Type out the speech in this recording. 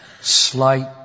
slight